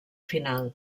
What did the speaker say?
final